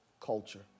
culture